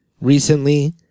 recently